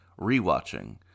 rewatching